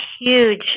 huge